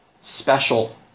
special